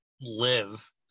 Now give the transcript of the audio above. live